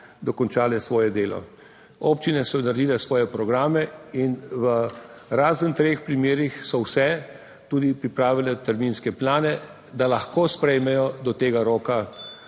dokončale svoje delo. Občine so naredile svoje programe in razen v treh primerih so vse tudi pripravile terminske plane, da lahko sprejmejo do tega roka,